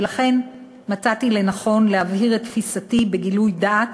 ולכן מצאתי לנכון להבהיר את תפיסתי בגילוי דעת